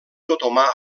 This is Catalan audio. otomà